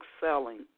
selling